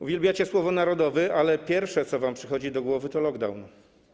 Uwielbiacie słowo: narodowy, ale pierwsze, co wam przychodzi do głowy, to lockdown.